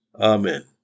Amen